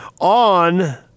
on